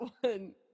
one